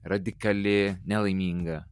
radikali nelaiminga